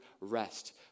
rest